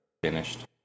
finished